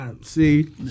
see